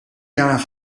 jaar